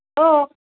हो